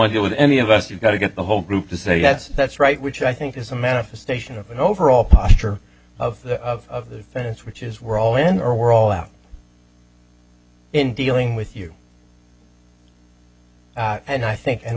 do with any of us you've got to get the whole group to say yes that's right which i think is a manifestation of an overall posture of the of the defense which is we're all in or we're all out in dealing with you and i think and